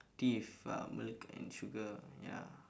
tea with uh milk and sugar ya